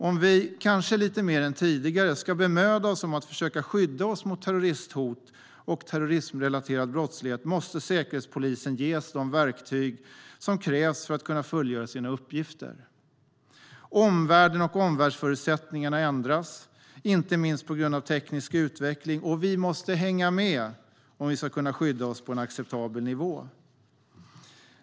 Om vi, kanske lite mer än tidigare, ska bemöda oss om att försöka skydda oss mot terroristhot och terrorismrelaterad brottslighet måste Säkerhetspolisen ges de verktyg som krävs för att kunna fullgöra sina uppgifter. Omvärlden och omvärldsförutsättningarna ändras, inte minst på grund av teknisk utveckling, och vi måste hänga med om vi ska kunna skydda oss på en acceptabel nivå.